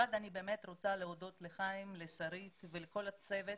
אני באמת רוצה להודות לחיים, לשרית ולכל הצוות